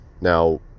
Now